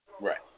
Right